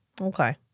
okay